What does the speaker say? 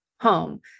Home